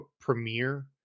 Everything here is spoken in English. premiere